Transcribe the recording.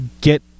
get